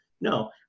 No